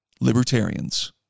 libertarians